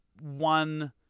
one